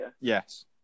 Yes